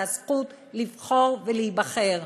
זה הזכות לבחור ולהיבחר.